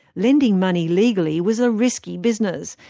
lending money legally was a risky business.